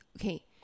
okay